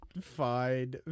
Fine